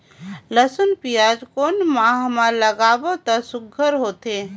लसुन पियाज कोन सा माह म लागाबो त सुघ्घर होथे?